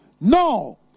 No